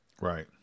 Right